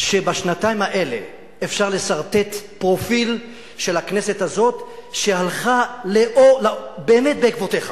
שבשנתיים האלה אפשר לסרטט פרופיל של הכנסת הזאת שהלכה באמת בעקבותיך.